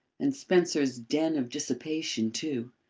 and spencer's den of dissipation too!